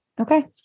Okay